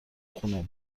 خونه